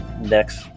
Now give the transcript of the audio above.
next